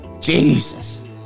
Jesus